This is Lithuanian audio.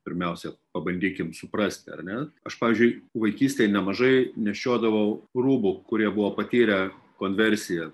pirmiausia pabandykim suprasti ar ne aš pavyzdžiui vaikystėj nemažai nešiodavau rūbų kurie buvo patyrę konversiją